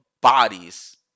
bodies